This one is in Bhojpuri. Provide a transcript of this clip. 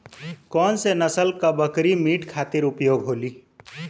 कौन से नसल क बकरी मीट खातिर उपयोग होली?